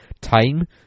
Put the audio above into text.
time